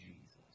Jesus